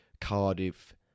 Cardiff